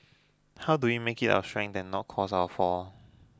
how do we make it our strength and not cause our fall